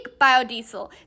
biodiesel